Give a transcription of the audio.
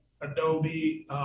Adobe